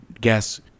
guess